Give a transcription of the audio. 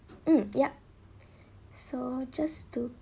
mm yup so just to